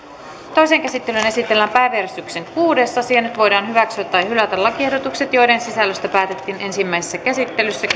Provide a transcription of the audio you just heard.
toiseen käsittelyyn esitellään päiväjärjestyksen kuudes asia nyt voidaan hyväksyä tai hylätä lakiehdotukset joiden sisällöstä päätettiin ensimmäisessä käsittelyssä